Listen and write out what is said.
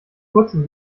kurzem